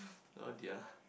oh dear